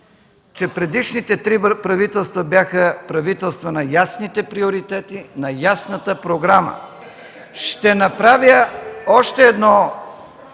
че предишните три правителства бяха правителства на ясните приоритети, на ясната програма. (Оживление.